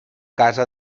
casa